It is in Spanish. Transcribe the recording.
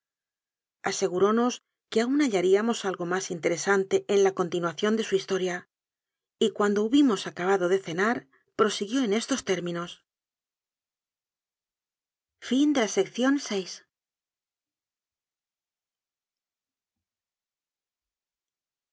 asegurónos que aún hallaríamos algo más inte resante en la continuación de su historia y cuan do hubimos acabado de cenar prosiguió en estos términos